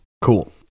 Cool